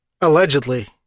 Allegedly